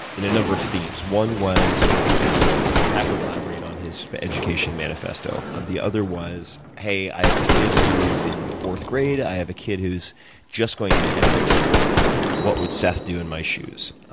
a number of themes. one was, you know could you have him elaborate on his education manifesto? the other was hey, i have a kid who's in fourth grade, i have a kid who's just going to be entering school what would seth do in my shoes?